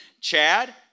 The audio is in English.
Chad